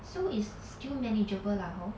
so is still manageable lah hor